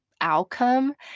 outcome